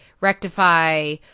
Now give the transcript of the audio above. Rectify